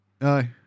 aye